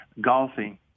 golfing